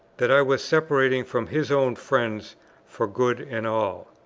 that i was separating from his own friends for good and all.